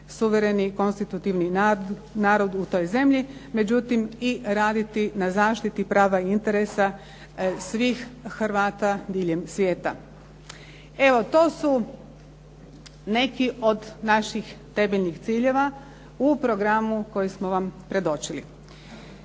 suvremeni, konstitutivni narod u toj zemlji. Međutim, raditi na zaštiti prava i interesa svih Hrvata diljem svijeta. Evo to su neki od naših temeljnih ciljeva u programu koji smo vam predočili.